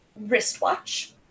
wristwatch